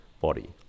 body